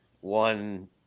one